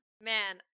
man